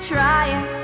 Trying